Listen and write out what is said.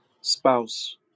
spouse